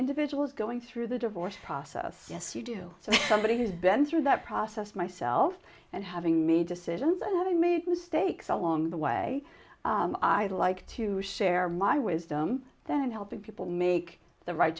individuals going through the divorce process yes you do so somebody who's been through that process myself and having made decisions and having made mistakes along the way i'd like to share my wisdom that in helping people make the right